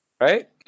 Right